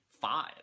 five